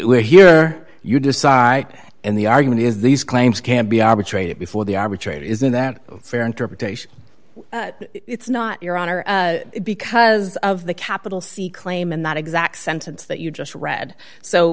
where here you decide and the argument is these claims can be arbitrated before the arbitrator isn't that fair interpretation it's not your honor because of the capital c claim and that exact sentence that you just read so